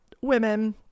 women